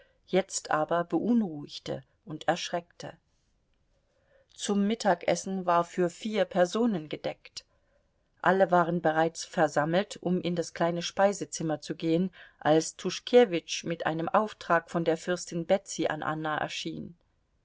jetzt aber beunruhigte und erschreckte zum mittagessen war für vier personen gedeckt alle waren bereits versammelt um in das kleine speisezimmer zu gehen als tuschkewitsch mit einem auftrag von der fürstin betsy an anna erschien